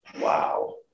wow